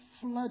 flood